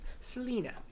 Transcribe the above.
Selena